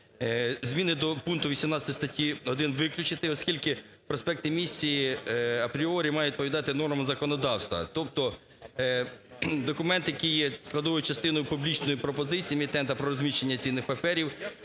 Зміни до пункту 18 статті 1 виключити, оскільки проспекти емісії апріорі мають відповідати нормам законодавства. Тобто документ, який є складовою частиною публічної пропозиції емітента про розміщення цінних паперів,